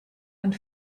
and